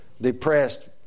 depressed